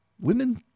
Women